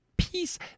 peace